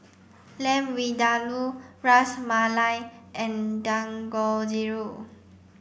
Lamb Vindaloo Ras Malai and Dangojiru